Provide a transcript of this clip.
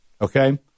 Okay